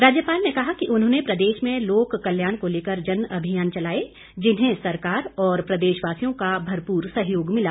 राज्यपाल ने कहा कि उन्होंने प्रदेश में लोक कल्याण को लेकर जनअभियान चलाए जिन्हें सरकार और प्रदेशवासियों का भरपूर सहयोग मिला